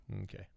okay